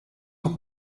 sont